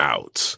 Out